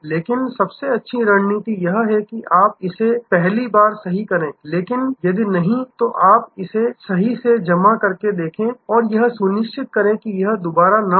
इसलिए सबसे अच्छी रणनीति यह है कि आप इसे पहली बार सही करें लेकिन यदि नहीं तो आप इसे सही से जमा करके देखें और यह सुनिश्चित करें कि यह दोबारा न हो